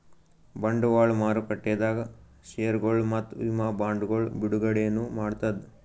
ಬಂಡವಾಳ್ ಮಾರುಕಟ್ಟೆದಾಗ್ ಷೇರ್ಗೊಳ್ ಮತ್ತ್ ವಿಮಾ ಬಾಂಡ್ಗೊಳ್ ಬಿಡುಗಡೆನೂ ಮಾಡ್ತದ್